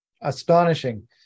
astonishing